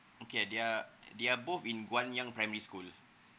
okay they're they are both in guangyang primary school